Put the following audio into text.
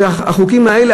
שהחוקים האלה,